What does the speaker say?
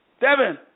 Devin